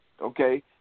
okay